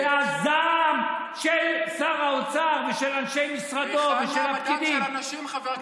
והזעם של שר האוצר ושל אנשי משרדו ושל הפקידים.